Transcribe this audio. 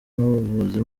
n’ubuvuzi